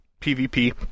PvP